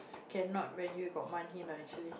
cannot when you got money lah actually